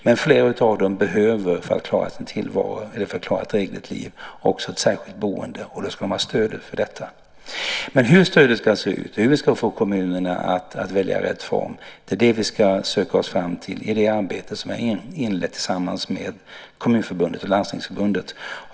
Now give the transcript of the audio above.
Men flera av dem behöver också ett särskilt boende för att klara sin tillvaro eller för att klara ett drägligt liv. Då ska de ha stöd för detta. Men hur stödet ska se ut och hur vi ska få kommunerna att välja rätt form - det är det som vi ska söka oss fram till i det arbete som har inletts tillsammans med Kommunförbundet och Landstingsförbundet.